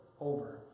over